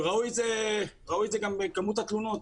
וראו את זה גם בכמות התלונות,